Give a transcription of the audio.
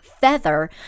FEATHER